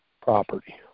property